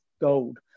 gold